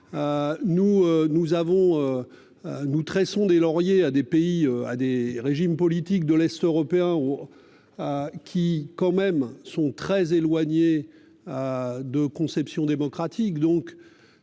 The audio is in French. lauriers à des pays à des régimes politiques de l'Est européen. A qui quand même sont très éloignées. De conceptions démocratique.